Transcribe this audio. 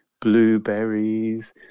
blueberries